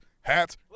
hats